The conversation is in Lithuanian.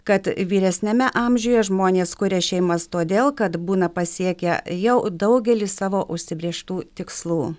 kad vyresniame amžiuje žmonės kuria šeimas todėl kad būna pasiekę jau daugelį savo užsibrėžtų tikslų